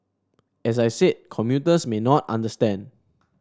as I said commuters may not understand